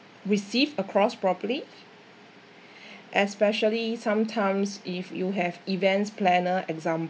received across properly especially sometimes if you have events planner example